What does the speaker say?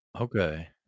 Okay